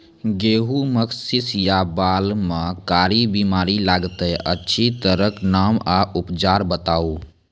गेहूँमक शीश या बाल म कारी बीमारी लागतै अछि तकर नाम आ उपचार बताउ?